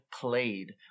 played